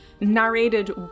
narrated